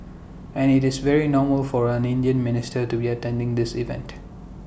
and IT is very normal for an Indian minister to be attending this event